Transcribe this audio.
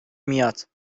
میاد